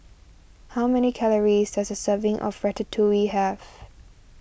how many calories does a serving of Ratatouille have